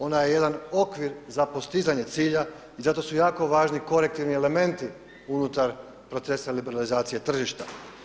Ona je jedan okvir za postizanje cilja i zato su jako važni korektivni elementi unutar procesa liberalizacije tržišta.